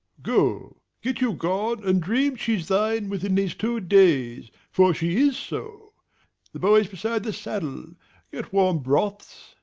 go get you gone, and dreame she's thine within these two dayes, for she is so the boy's beside the saddle get warm broths,